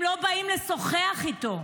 הם לא באים לשוחח איתו.